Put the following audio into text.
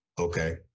okay